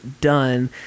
done